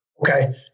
Okay